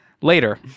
Later